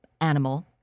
animal